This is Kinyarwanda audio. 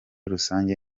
rusange